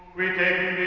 we